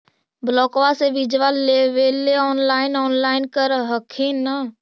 ब्लोक्बा से बिजबा लेबेले ऑनलाइन ऑनलाईन कर हखिन न?